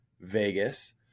Vegas